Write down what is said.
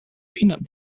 peanut